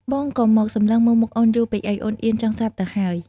បងកុំមកសម្លឹងមើលមុខអូនយូរពេកអី អូនអៀនចង់ស្លាប់ទៅហើយ។